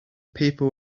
people